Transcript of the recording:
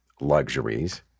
luxuries